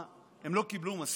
מה, הם לא קיבלו מספיק?